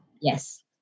Yes